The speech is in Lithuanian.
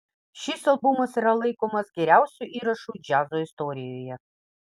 šis albumas yra laikomas geriausiu įrašu džiazo istorijoje